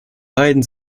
beiden